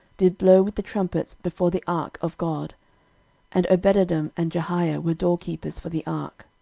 did blow with the trumpets before the ark of god and obededom and jehiah were doorkeepers for the ark.